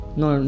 no